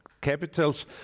capitals